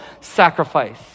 sacrifice